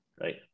right